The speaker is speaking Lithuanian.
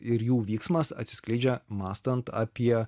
ir jų vyksmas atsiskleidžia mąstant apie